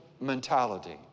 mentality